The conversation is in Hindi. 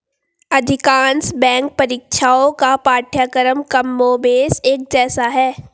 अधिकांश बैंक परीक्षाओं का पाठ्यक्रम कमोबेश एक जैसा है